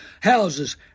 houses